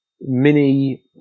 mini